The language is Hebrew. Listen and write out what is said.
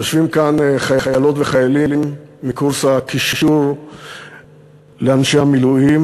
יושבים כאן חיילות וחיילים מקורס הקישור לאנשי המילואים.